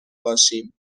باشیم